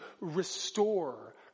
restore